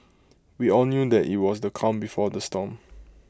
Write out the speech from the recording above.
we all knew that IT was the calm before the storm